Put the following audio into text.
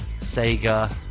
sega